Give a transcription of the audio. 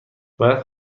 باید